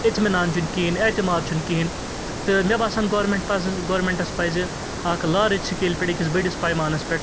اطمینان چھُنہٕ کِہیٖنۍ اعتماد چھُنہٕ کِہیٖنۍ تہٕ مےٚ باسان گورمیٚنٛٹ پَزیٚس گورمِنٹَس پَزِ اکھ لارٕج سِکیلہِ پٮ۪ٹھ أکِس بٔڑِس پیمانَس پٮ۪ٹھ